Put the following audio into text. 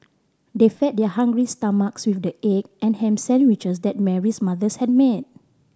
they fed their hungry stomachs with the egg and ham sandwiches that Mary's mothers had made